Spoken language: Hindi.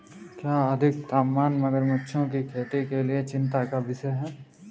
क्या अधिक तापमान मगरमच्छों की खेती के लिए चिंता का विषय है?